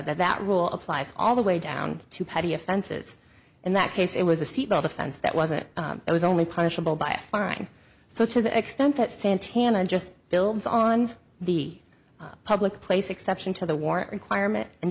that rule applies all the way down to petty offenses in that case it was a seatbelt offense that wasn't it was only punishable by a far right so to the extent that santana just builds on the public place exception to the war requirement and